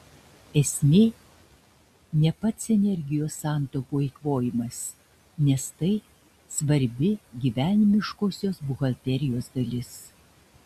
esmė ne pats energijos santaupų eikvojimas nes tai svarbi gyvenimiškosios buhalterijos dalis